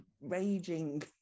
raging